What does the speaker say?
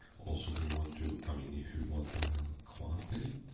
also we want to i mean if you want to have a quantity,